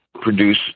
produce